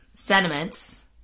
Sentiments